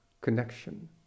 connection